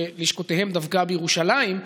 שלשכותיהם דווקא בירושלים,